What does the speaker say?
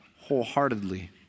wholeheartedly